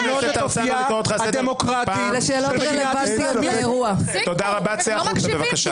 מי הסמיך אתכם?